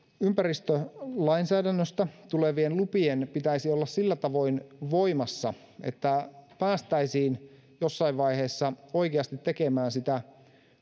ympäristölainsäädännöstä tulevien lupien pitäisi olla sillä tavoin voimassa että päästäisiin jossain vaiheessa oikeasti tekemään sitä